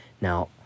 now